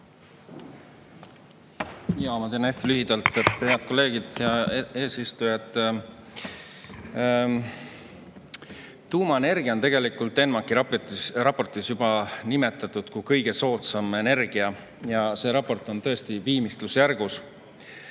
Ma teen hästi lühidalt. Head kolleegid! Hea eesistuja! Tuumaenergia on ENMAK‑i raportis juba nimetatud kui kõige soodsam energia. See raport on tõesti viimistlusjärgus.